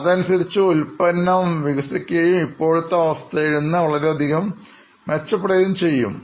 അതിനനുസരിച്ച് ഉൽപ്പന്നം വികസിക്കുകയും ഇപ്പോഴത്തെ അവസ്ഥയിൽ നിന്ന് വളരെയധികം മെച്ചപ്പെടുകയും ചെയ്യും